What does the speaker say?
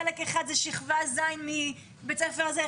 חלק אחד זה שכבת ז' מבית הספר הזה.